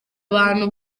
abantu